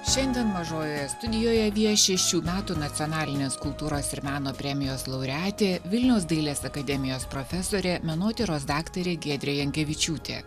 šiandien mažojoje studijoje vieši šių metų nacionalinės kultūros ir meno premijos laureatė vilniaus dailės akademijos profesorė menotyros daktarė giedrė jankevičiūtė